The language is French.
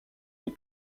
les